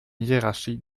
hiérarchie